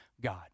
God